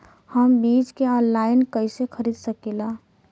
हम बीज के आनलाइन कइसे खरीद सकीला?